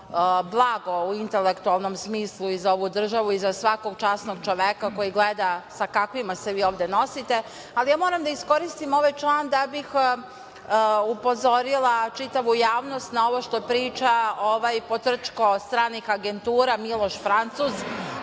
blago u intelektualnom smislu i za ovu državu i za svakog časnog čoveka koji gleda sa kakvima12/2 TĐ/LjLse vi ovde nosite, ali ja moram da iskoristim ovaj član da bih upozorila čitavu javnost na ovo što priča ovaj potrčko stranih agentura, Miloš Francuz,